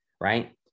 right